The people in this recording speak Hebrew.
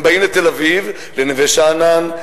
הם באים לתל-אביב לנווה-שאנן,